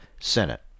Senate